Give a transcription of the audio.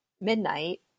midnight